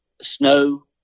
snow